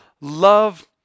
love